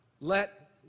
Let